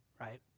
Right